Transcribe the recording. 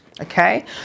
okay